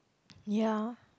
ya